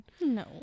No